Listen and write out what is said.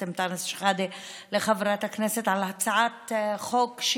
אנטאנס שחאדה לחברת הכנסת על הצעת החוק,